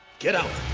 get out.